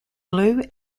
blue